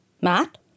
Matt